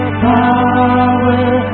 power